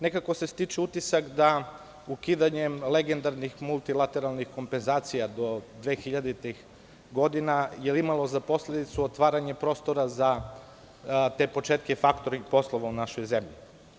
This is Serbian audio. Nekako se stiče utisak da ukidanjem legendarnih multilateralnih kompenzacija do 2000-ih godina je imalo za posledicu otvaranje prostora za te početke faktoring poslova u našoj zemlji.